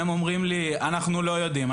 הם אומרים לי: אנחנו לא יודעים,